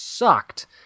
Sucked